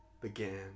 began